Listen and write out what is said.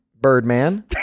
Birdman